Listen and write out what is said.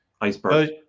Iceberg